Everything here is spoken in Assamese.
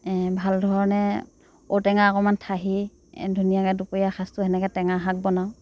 ভাল ধৰণে ঔটেঙা অকণমান থাহি ধুনীয়াকৈ দুপৰীয়া সাঁজটো তেনেকৈ টেঙা শাক বনাওঁ